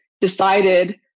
decided